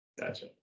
Gotcha